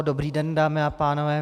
Dobrý den, dámy a pánové.